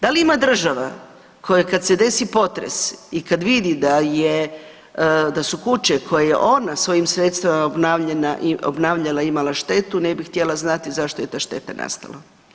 Da li ima država koja kad se desi potres i kad vidi da je, da su kuće koje je ona svojim sredstvima obnavljala imala štetu, ne bi htjela znati zašto je ta šteta nastala?